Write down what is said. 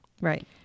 Right